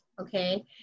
okay